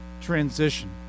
transition